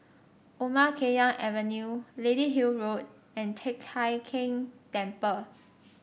Omar Khayyam Avenue Lady Hill Road and Teck Hai Keng Temple